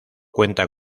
cuenta